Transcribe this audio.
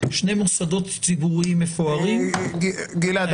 שני מוסדות ציבוריים מפוארים --- גלעד,